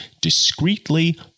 discreetly